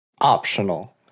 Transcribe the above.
optional